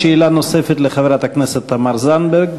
שאלה נוספת לחברת הכנסת תמר זנדברג.